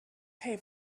pay